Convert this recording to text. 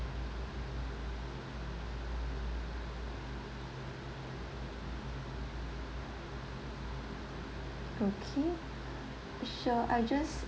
okay so I just